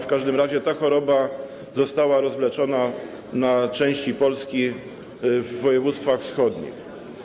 W każdym razie ta choroba została rozwleczona na części Polski w województwach wschodnich.